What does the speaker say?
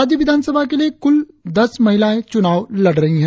राज्य विधानसभा के लिए कुल दस महिलाएं चुनाव लड़ रही है